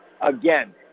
Again